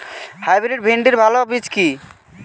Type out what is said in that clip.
Hybrid ভিন্ডির ভালো বীজ কি?